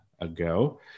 ago